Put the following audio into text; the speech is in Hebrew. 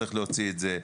צריך להוציא את זה.